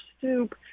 soup